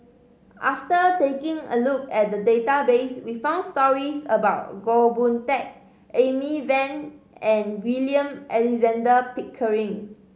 after taking a look at the database we found stories about Goh Boon Teck Amy Van and William Alexander Pickering